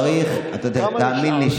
תאמין לי,